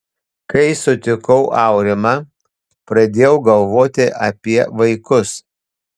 kai sutikau aurimą pradėjau galvoti apie vaikus